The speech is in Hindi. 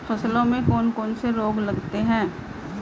फसलों में कौन कौन से रोग लगते हैं?